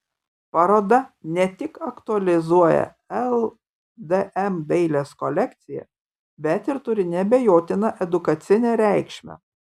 paroda ne tik aktualizuoja ldm dailės kolekciją bet ir turi neabejotiną edukacinę reikšmę